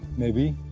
maybe.